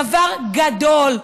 דבר גדול,